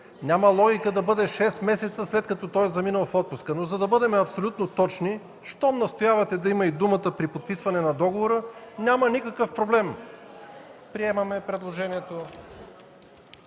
Няма логика да бъде шест месеца, след като той е заминал в отпуска, но за да бъдем абсолютно точни, щом настоявате да има и думите „при подписване на договора”, няма никакъв проблем. Приемаме предложението.